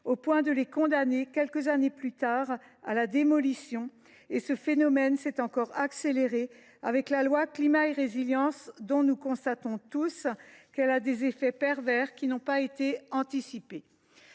au point de les condamner quelques années plus tard à la démolition. Ce phénomène s’est encore accéléré avec la loi Climat et Résilience, dont nous mesurons tous qu’elle a des effets pervers qui n’ont pas été anticipés.